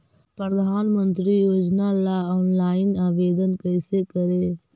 प्रधानमंत्री योजना ला ऑनलाइन आवेदन कैसे करे?